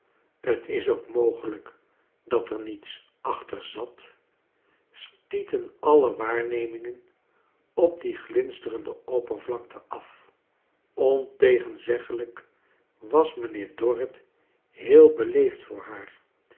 t is ook mogelijk dat er niets achter zat stieten alle waarnemingen op die glinsterende oppervlakte af ontegenzeggelijk was mijnheer dorrit heel beleefd voor haar